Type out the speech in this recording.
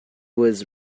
was